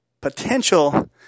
potential